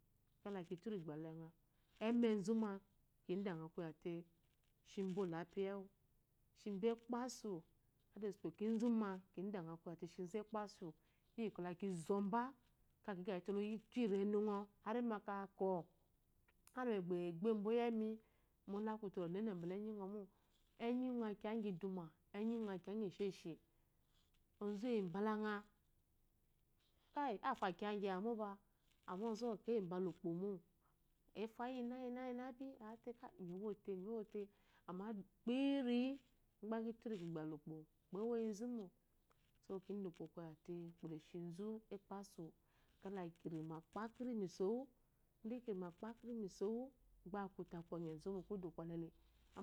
Keda kitumm gbele ngɔ emezuma ki denge koyete shimbo olepiyi wuenŋu shinbo ekpesu kaa osu uko kinzu ma kindenga koyete shizu ekpasu iyikwɔ laki zombe ka gyi gyɔgite loyitu yirenu ngo armakakwɔ arengo gbobo yemi molekute onene menyingo mo engingo aku kiye gyi dume enyi ngo aku kiyi gyi esheshi ozu eyi mbelanga keyi. afa kiya gyewamopa amma ozu ma eyibda ukpomo efa iyinayinabi ate keyi miwote munte amma kyinyi gbe kiture kigbele ukpo ewoyizumo so kida ukpo koyate ukpokeshizu ekpesu kde kirime kpakiri misowu inde kirima kpekiri misowugba akute aku onye zu wu kudu ngɔlele